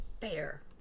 fair